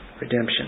redemption